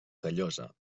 callosa